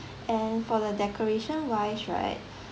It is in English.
and for the decoration wise right